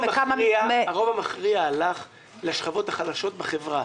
וכמה מזה --- הרוב המכריע הלך לשכבות החלשות בחברה.